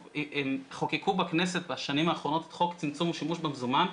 חוקקו בכנסת בשנים האחרונות את חוק צמצום השימוש במזומן,